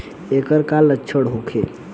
ऐकर का लक्षण होखे?